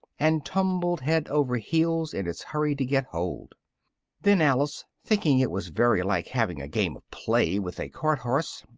and tumbled head over heels in its hurry to get hold then alice, thinking it was very like having a game of play with a cart-horse,